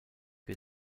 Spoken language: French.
que